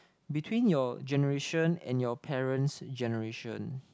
between your generation and your parents' generation